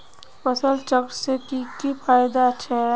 फसल चक्र से की की फायदा छे?